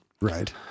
Right